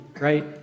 right